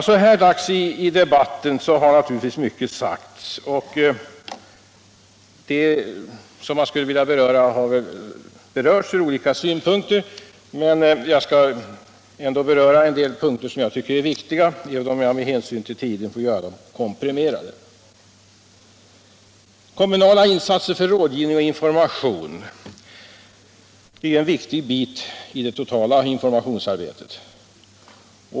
Så här dags i debatten har naturligtvis mycket sagts, och det man skulle vilja beröra har belysts från olika synpunkter. Men jag skall ändå ta upp en del punkter som jag tycker är viktiga, även om jag med hänsyn till tiden får göra det komprimerat. Kommunala insatser för rådgivning och information är en viktig bit i det totala informationsarbetet.